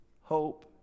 hope